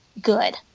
good